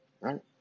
Right